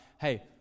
hey